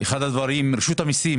רשות המיסים